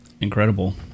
incredible